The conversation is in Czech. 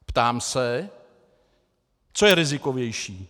Ptám se, co je rizikovější?